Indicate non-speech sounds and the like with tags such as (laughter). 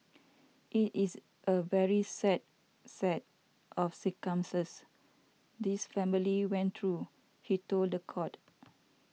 it is a very sad set of (unintelligible) this family went through he told the court